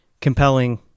Compelling